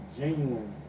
genuine